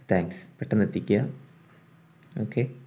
thanks പെട്ടന്ന് എത്തിക്കുക okay